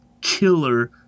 killer